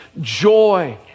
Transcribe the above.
joy